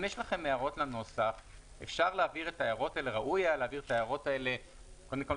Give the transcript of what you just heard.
יש לכם הערות לנוסח ראוי היה להעביר את ההערות האלה קודם כול,